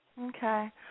Okay